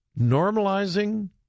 Normalizing